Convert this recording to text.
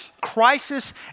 crisis